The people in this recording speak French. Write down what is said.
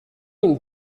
une